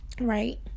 right